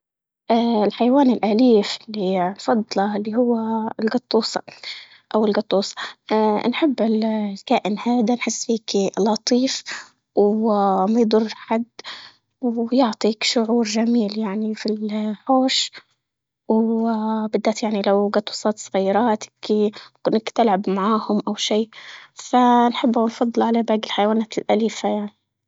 اه الحيوان الأليف اللي تفضله اللي هو القطوفة أو القطوف، اه نحب الكائن هذا لطيف وما يضر حد، ويعطيك شعور جميل يعني في الحوش، وبدك يعني لو تغيرات تلعب معاهم أو شي الحبة ونفضل على باقي الحيوانات الأليفة يعني.